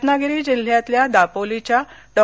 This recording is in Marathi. रत्नागिरी जिल्ह्यातल्या दापोलीच्या डॉ